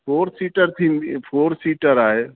four seater थींदी four seater आहे